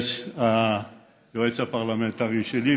היועץ הפרלמנטרי שלי.